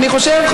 אני חושב,